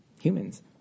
humans